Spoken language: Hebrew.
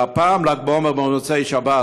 והפעם ל"ג בעומר במוצאי-שבת,